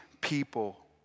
people